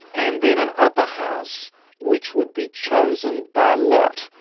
and then an upper house which would be chosen by lot.